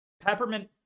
peppermint